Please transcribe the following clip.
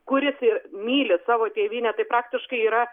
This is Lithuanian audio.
kuris ir myli savo tėvynę tai praktiškai yra